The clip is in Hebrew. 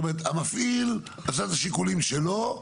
המפעיל עשה את השיקולים שלו,